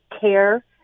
care